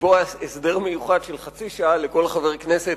לקבוע הסדר מיוחד של חצי שעה לכל חבר כנסת